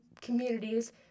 communities